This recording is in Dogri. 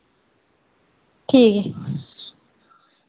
ठीक ऐ